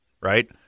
right